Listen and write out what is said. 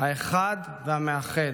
האחד והמאחד: